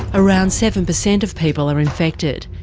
around seven percent of people are infected,